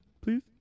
please